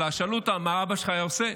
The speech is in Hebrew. שאלו אותה מה אבא שלה היה עושה,